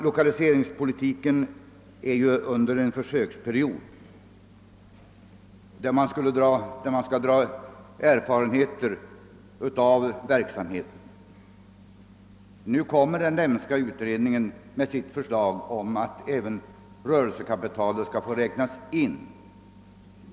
Lokaliseringspolitiken är inne i en försöksperiod, där vi vill samla erfarenheter av verksamheten. Nu föreslår landshövding Lemne i sin utredning att även rörelsekapital skall få räknas in i underlaget.